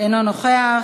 אינו נוכח.